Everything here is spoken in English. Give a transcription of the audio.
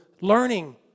learning